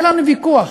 היה לנו ויכוח,